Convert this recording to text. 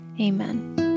Amen